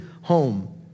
home